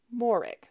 Morick